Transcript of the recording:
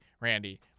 Randy